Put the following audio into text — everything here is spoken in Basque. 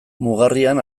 mugarrian